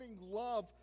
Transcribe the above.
love